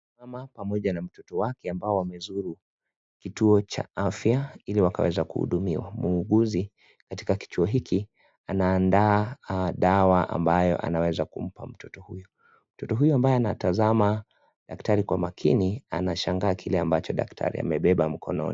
Mama pamoja na mtoto wake ambao wamezuru kituo cha afya ili wakaweze kuhudumiwa. Muuguzi katika kituo hiki anaandaa dawa ambayo anaweza kumpa mtoto huyu, mtoto huyu ambaye anamtazama daktari kwa makini anashangaa kile ambacho daktari amebeba mkononi.